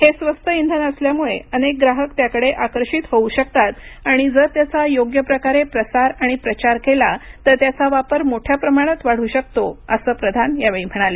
हे स्वस्त इंधन असल्यामुळे अनेक ग्राहक त्याकडे आकर्षित होऊ शकतात आणि जर त्याचा योग्यप्रकारे प्रसार आणि प्रचार केला तर त्याचा वापर मोठ्या प्रमाणात वाढू शकतो असं प्रधान म्हणाले